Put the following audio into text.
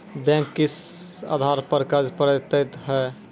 Bank किस आधार पर कर्ज पड़तैत हैं?